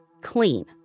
clean